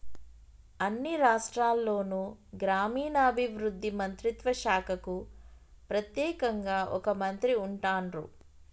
అన్ని రాష్ట్రాల్లోనూ గ్రామీణాభివృద్ధి మంత్రిత్వ శాఖకు ప్రెత్యేకంగా ఒక మంత్రి ఉంటాన్రు